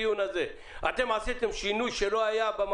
צוברים מעל עשרה טון --- המתקנים שלא משמשים את צרכן הקצה,